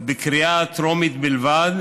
בקריאה טרומית בלבד,